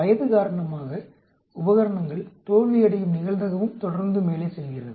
வயது காரணமாக உபகரணங்கள் தோல்வியடையும் நிகழ்தகவும் தொடர்ந்து மேலே செல்கிறது